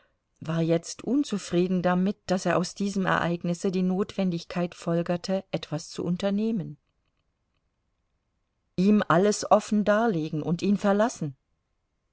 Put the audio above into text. war jetzt unzufrieden damit daß er aus diesem ereignisse die notwendigkeit folgerte etwas zu unternehmen ihm alles offen darlegen und ihn verlassen